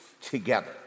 together